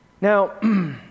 Now